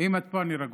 אם את פה, אני רגוע.